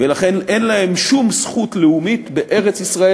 ולכן אין להם שום זכות לאומית בארץ-ישראל